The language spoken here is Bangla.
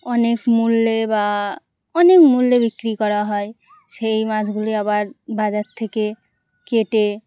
অনেক মূল্যে বা অনেক মূল্যে বিক্রি করা হয় সেই মাছগুলি আবার বাজার থেকে কেটে